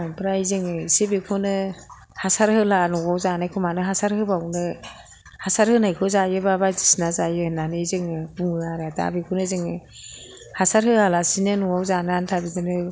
ओमफ्राइ जों एसे बेखौनो हासार होला न'आव जानायखौ मानो हासार होबावनो हासार होनायखौ जायोबा बायदिसिना जायो होन्नानै जोङो बुङो आरो दा बेखौनो जों हासार होआलासेनो न'आव जानो आन्था बिदिनो